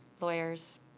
Lawyers